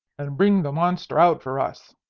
and bring the monster out for us.